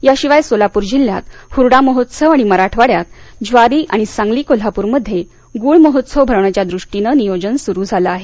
याशिवाय सोलापूर जिल्ह्यात हुरडा महोत्सव आणि मराठवाड्यात ज्वारी आणि सांगली कोल्हापूरमध्ये गूळ महोत्सव भरवण्याचा दृष्टीनं नियोजन सुरु झाल आहे